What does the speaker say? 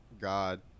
God